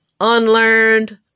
unlearned